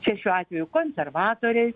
čia šiuo atveju konservatoriai